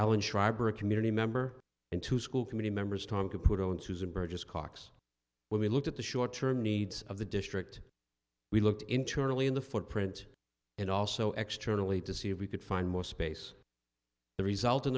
ellen schreiber a community member and two school committee members tonka put on susan burgess cox when we looked at the short term needs of the district we looked internally in the footprint and also extremely to see if we could find more space the result in